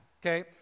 okay